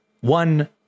one